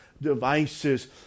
devices